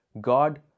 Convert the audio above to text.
God